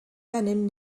gennym